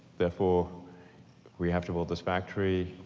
therefore we have to build this factory,